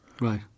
Right